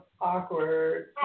Awkward